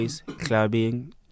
clubbing